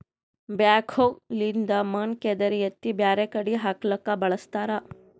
backhoe ಲಿಂದ್ ಮಣ್ಣ್ ಕೆದರಿ ಎತ್ತಿ ಬ್ಯಾರೆ ಕಡಿ ಹಾಕ್ಲಕ್ಕ್ ಬಳಸ್ತಾರ